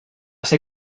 ser